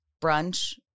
Brunch